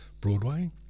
Broadway